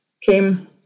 came